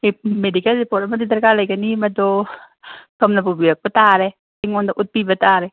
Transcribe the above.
medical report ꯑꯃꯗꯤ ꯗꯔꯀꯥꯔ ꯂꯩꯒꯅꯤ ꯃꯗꯣ ꯁꯣꯝꯅ ꯄꯨꯕꯤꯔꯛꯄ ꯇꯥꯔꯦ ꯑꯩꯉꯣꯟꯗ ꯎꯠꯄꯤꯕ ꯇꯥꯔꯦ